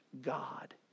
God